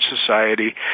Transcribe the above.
society